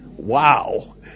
Wow